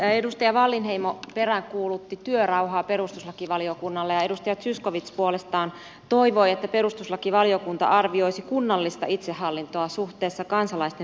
edustaja wallinheimo peräänkuulutti työrauhaa perustuslakivaliokunnalle ja edustaja zyskowicz puolestaan toivoi että perustuslakivaliokunta arvioisi kunnallista itsehallintoa suhteessa kansalaisten perusoikeuksiin